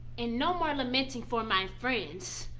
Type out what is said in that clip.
and no more lamenting for my friends.